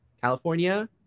California